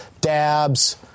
dabs